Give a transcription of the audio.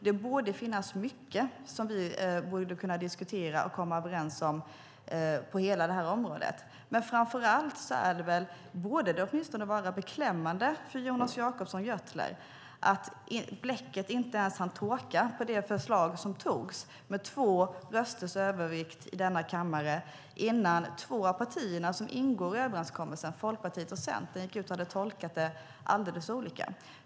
Det borde finnas mycket som vi skulle kunna diskutera och komma överens om på hela det här området, men framför allt borde det vara beklämmande för Jonas Jacobsson Gjörtler att bläcket inte ens hann torka på det förslag som togs med två rösters övervikt i denna kammare innan två av partierna som ingår i överenskommelsen, Folkpartiet och Centerpartiet, gick ut och tolkade det alldeles olika.